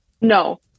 No